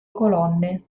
colonne